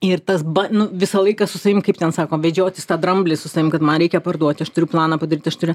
ir tas nu visą laiką su savim kaip ten sako vedžiotis tą dramblį su savim kad man reikia parduoti aš turiu planą padaryt aš turiu